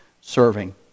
serving